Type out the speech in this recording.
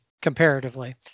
comparatively